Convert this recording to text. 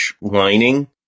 lining